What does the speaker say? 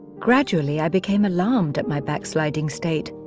gradually i became alarmed at my backsliding state,